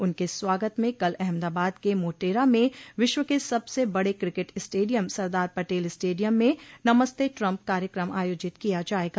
उनके स्वागत में कल अहमदाबाद के मोटेरा में विश्व के सबसे बड़े cricket stadium Sardar Patel stadium में नमस्ते ट्रंप कार्यक्रम आयोजित किया जायेगा